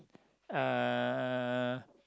uh